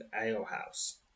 Alehouse